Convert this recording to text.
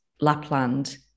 Lapland